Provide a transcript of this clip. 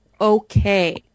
okay